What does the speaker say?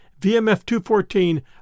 VMF-214